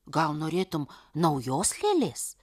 gal norėtum naujos lėlės